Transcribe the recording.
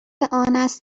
آنست